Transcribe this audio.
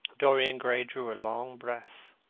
dorian gray drew a long breath.